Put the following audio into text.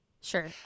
Sure